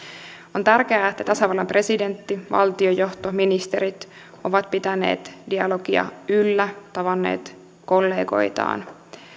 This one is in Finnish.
on tärkeää että tasavallan presidentti valtionjohto ministerit ovat pitäneet dialogia yllä tavanneet kollegoitaan